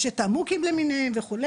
יש את ה-Mooc למיניהם וכו',